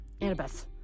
Annabeth